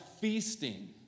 feasting